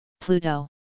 Pluto